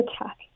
attack